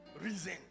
Reason